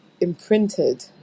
imprinted